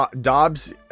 Dobbs